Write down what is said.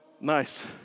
Nice